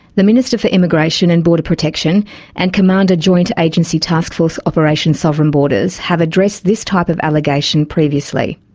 the minister for immigration and border protection and commander joint agency task force operation sovereign borders have addressed this type of allegation previously.